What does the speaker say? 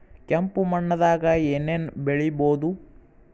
ಕೆಂಪು ಮಣ್ಣದಾಗ ಏನ್ ಏನ್ ಬೆಳಿಬೊದು?